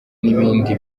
n’ibindi